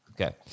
Okay